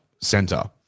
Center